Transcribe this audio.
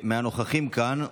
מהנוכחים כאן,